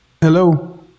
Hello